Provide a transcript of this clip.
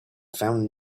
found